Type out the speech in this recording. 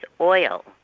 oil